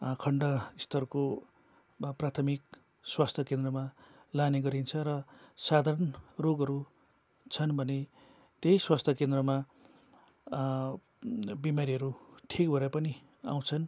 खन्डस्तरको वा प्राथमिक स्वास्थ्य केन्द्रमा लाने गरिन्छ र साधारण रोगहरू छन् भने त्यही स्वास्थ्य केन्द्रमा बिमारीहरू ठिक भएर पनि आउँछन्